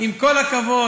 עם כל הכבוד,